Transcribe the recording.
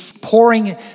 pouring